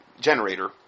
generator